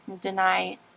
deny